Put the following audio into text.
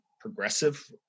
progressive